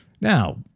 Now